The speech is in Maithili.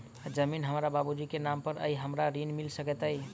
जमीन हमरा बाबूजी केँ नाम पर अई की हमरा ऋण मिल सकैत अई?